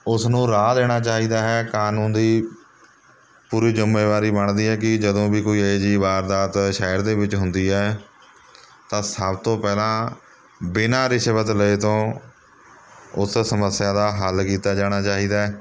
ਉਸਨੂੰ ਰਾਹ ਦੇਣਾ ਚਾਹੀਦਾ ਹੈ ਕਾਨੂੰਨ ਦੀ ਪੂਰੀ ਜਿੰਮੇਵਾਰੀ ਬਣਦੀ ਹੈ ਕਿ ਜਦੋਂ ਵੀ ਕੋਈ ਇਹੇ ਜਿਹੀ ਵਾਰਦਾਤ ਸ਼ਹਿਰ ਦੇ ਵਿੱਚ ਹੁੰਦੀ ਹੈ ਤਾਂ ਸਭ ਤੋਂ ਪਹਿਲਾਂ ਬਿਨ੍ਹਾਂ ਰਿਸ਼ਵਤ ਲਏ ਤੋਂ ਉਸ ਸਮੱਸਿਆਂ ਦਾ ਹੱਲ ਕੀਤਾ ਜਾਣਾ ਚਾਹੀਦਾ